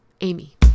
Amy